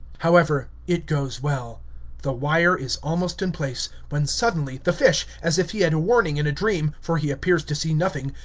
however, it goes well the wire is almost in place, when suddenly the fish, as if he had a warning in a dream, for he appears to see nothing,